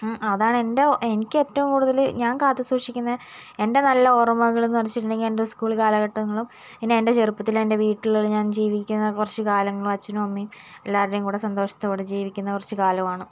അതാണ് എൻ്റെ എനിക്ക് ഏറ്റവും കൂടുതൽ ഞാൻ കാത്തുസൂക്ഷിക്കുന്ന എൻ്റെ നല്ല ഓർമ്മകളെന്ന് എൻ്റെ സ്ക്കൂൾ കാലഘട്ടങ്ങളും പിന്നെ എൻ്റെ ചെറുപ്പത്തിൽ എൻ്റെ വീട്ടിൽ ഞാൻ ജീവിക്കുന്ന കുറച്ച് കാലങ്ങളും അച്ഛനും അമ്മയും എല്ലാവരുടെയും കൂടെ സന്തോഷത്തോടെ ജീവിക്കുന്ന കുറച്ച് കാലമാണ്